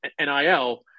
NIL